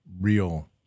real